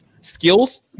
skills